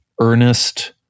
earnest